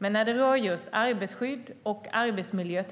Men när det rör till exempel arbetstagarskydd och arbetsmiljö